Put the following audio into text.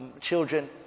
Children